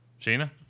Sheena